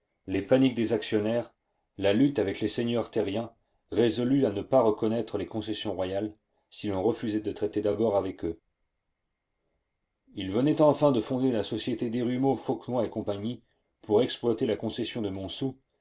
les paniques des actionnaires la lutte avec les seigneurs terriens résolus à ne pas reconnaître les concessions royales si l'on refusait de traiter d'abord avec eux il venait enfin de fonder la société desrumaux fauquenoix et cie pour exploiter la concession de montsou